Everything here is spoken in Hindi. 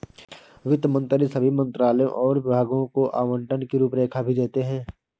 वित्त मंत्री सभी मंत्रालयों और विभागों को आवंटन की रूपरेखा भी देते हैं